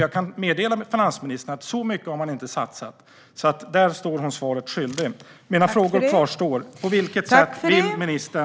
Jag kan meddela finansministern att så mycket har det inte satsats. Där är hon svaret skyldig. Mina frågor kvarstår.